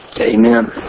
Amen